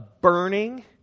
burning